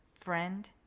friend